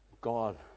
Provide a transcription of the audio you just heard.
God